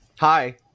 hi